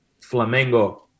Flamengo